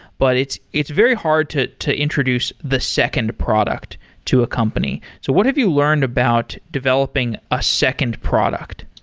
but it's it's very hard to to introduce the second product to a company. so what have you learned about developing a second product?